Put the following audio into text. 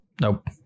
Nope